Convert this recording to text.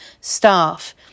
staff